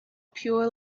pure